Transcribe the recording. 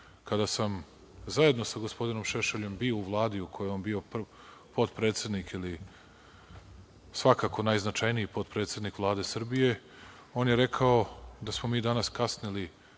kada sam zajedno sa gospodinom Šešeljem bio u Vladi, u kojoj je on bio potpredsednik, svakako najznačajniji potpredsednik Vlade Srbije. On je rekao da smo mi danas kasnili